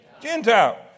Gentile